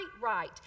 right